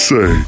Say